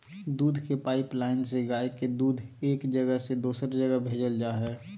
दूध के पाइपलाइन से गाय के दूध एक जगह से दोसर जगह भेजल जा हइ